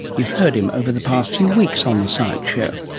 you've heard him over the past few weeks on the science show.